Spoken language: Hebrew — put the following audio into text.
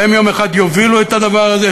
והם יום אחד יובילו את הדבר הזה,